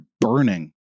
burning